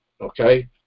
okay